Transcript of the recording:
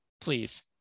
please